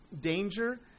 danger